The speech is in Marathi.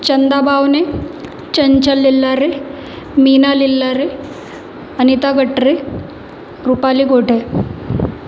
चंदा बावने चंचल येल्लारे मीना लिल्लारे अनिता गटरे रूपाली गोठे